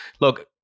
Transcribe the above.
Look